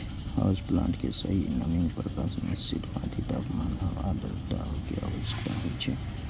house plant कें सही नमी, प्रकाश, मिश्रित माटि, तापमान आ आद्रता के आवश्यकता होइ छै